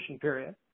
period